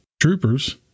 troopers